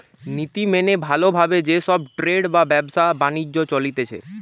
নীতি মেনে ভালো ভাবে যে সব ট্রেড বা ব্যবসা বাণিজ্য চলতিছে